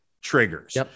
triggers